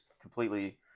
completely